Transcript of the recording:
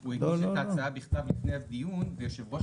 הוא הגיש את ההצעה בכתב לפני הדיון ויושב-ראש